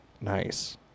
Nice